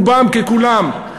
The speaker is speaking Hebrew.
רובם ככולם,